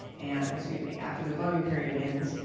and or excuse me after the voting period ends,